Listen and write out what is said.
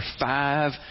five